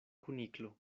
kuniklo